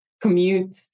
commute